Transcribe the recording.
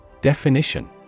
Definition